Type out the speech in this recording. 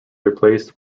replaced